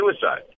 suicide